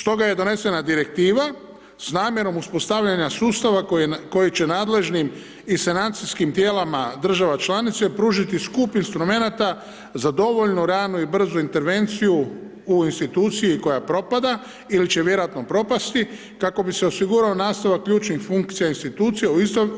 Stoga je donesena direktiva s namjernom uspostavljanja sustava koji će nadležnim i sanacijskih tijelima država članice pružiti skup instrumenata za dovoljno ranu i brzu intervenciju u instituciji koja propada ili će vjerojatno propasti, kako bi se osigurao nastavak ključnih funkcija institucije